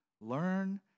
learn